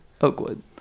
Oakwood